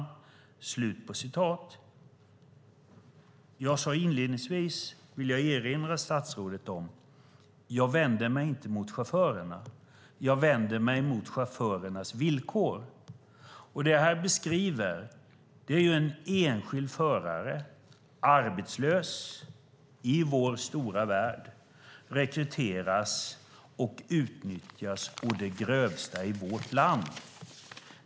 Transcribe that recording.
Jag vill erinra statsrådet om att jag inledningsvis sade att jag inte vänder mig mot chaufförerna, utan jag vänder mig mot chaufförernas villkor. Det som jag här beskriver är en enskild förare som är arbetslös i vår stora värld och som rekryteras och utnyttjas å det grövsta i vårt land.